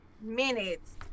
minutes